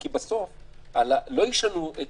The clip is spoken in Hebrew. כי לא ישנו את